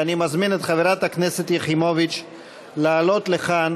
ואני מזמין את חברת הכנסת יחימוביץ לעלות לכאן